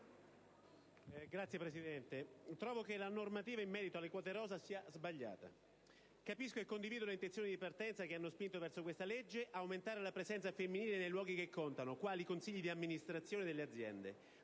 Signor Presidente, trovo che la normativa in merito alle quote rosa sia sbagliata. Capisco e condivido le intenzioni di partenza che hanno spinto verso questa legge, ossia aumentare la presenza femminile nei luoghi che contano, quali i consigli di amministrazione delle aziende,